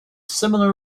similar